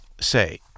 say